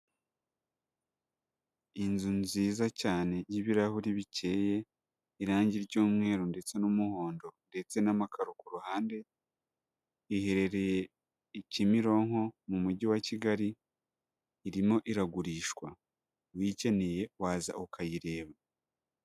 Inzu nziza cyane y'ibirahuri bikeye, irangi ry'umweru ndetse n'umuhondo ndetse n'amakaro ku ruhande, iherereye i Kimironko mu mujyi wa Kigali, irimo iragurishwa uyikeneye waza ukayireba.